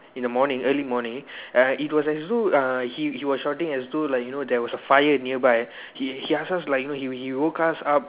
in the morning early morning uh it was as though uh he he was shouting as though like you know there was a fire nearby he he ask us like he he woke us up